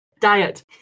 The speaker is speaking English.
Diet